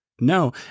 No